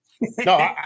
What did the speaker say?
No